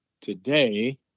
today